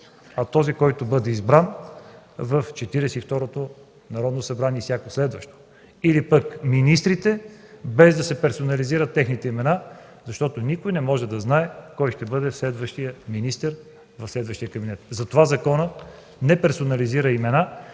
а този, който бъде избран в Четиридесет и второто Народно събрание и всяко следващо, или пък министрите, без да се персонализират техните имена, защото никой не можа да знае кой ще бъде следващият министър в следващия кабинет. Затова законът не персонализира имена.